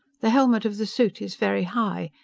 the helmet of the suit is very high.